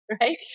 right